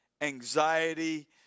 anxiety